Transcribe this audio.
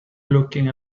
looking